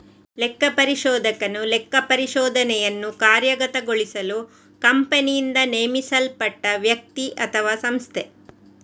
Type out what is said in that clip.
ಲೆಕ್ಕಪರಿಶೋಧಕನು ಲೆಕ್ಕಪರಿಶೋಧನೆಯನ್ನು ಕಾರ್ಯಗತಗೊಳಿಸಲು ಕಂಪನಿಯಿಂದ ನೇಮಿಸಲ್ಪಟ್ಟ ವ್ಯಕ್ತಿ ಅಥವಾಸಂಸ್ಥೆ